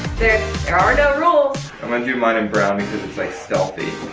there are no rules. i'm gonna do mine in brown because it's like stealthy.